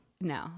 No